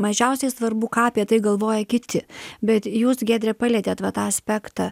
mažiausiai svarbu ką apie tai galvoja kiti bet jūs giedre palietėt va tą aspektą